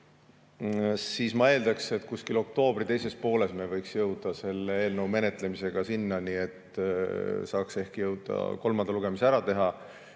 siis ma eeldaks, et kuskil oktoobri teises pooles me võiks jõuda selle eelnõu menetlemisega sinnani, et saaks ehk jõuda kolmanda lugemise ära teha.